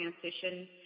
transition